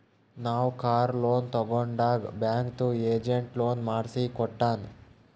ನಾವ್ car loan ತಗೊಂಡಾಗ್ ಬ್ಯಾಂಕ್ದು ಏಜೆಂಟ್ ಲೋನ್ ಮಾಡ್ಸಿ ಕೊಟ್ಟಾನ್